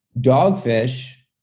dogfish